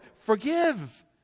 forgive